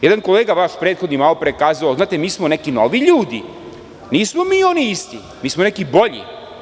Jedan vaš prethodni kolega je kazao – znate mi smo neki novi ljudi, nismo mi oni isti, mi smo neki bolji.